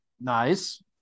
Nice